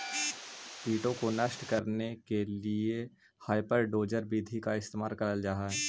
कीटों को नष्ट करने के लिए हापर डोजर विधि का इस्तेमाल करल जा हई